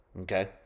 okay